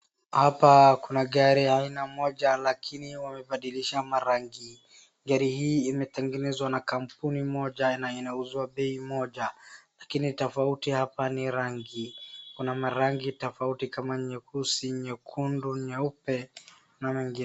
Hapa kuna gari aina moja lakini wamebadilisha marangi, gari hii imetengenezwa na kampuni moja na inauzwa bei moja, lakini tofauti hapa ni rangi, kuna marangi tofauti kama nyeusi, nyekundu, nyeupe.